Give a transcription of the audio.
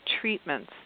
treatments